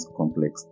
complex